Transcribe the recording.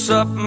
up